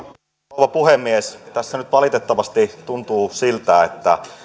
rouva puhemies tässä nyt valitettavasti tuntuu siltä että